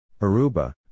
Aruba